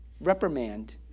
reprimand